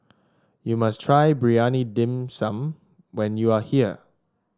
you must try Briyani Dum some when you are here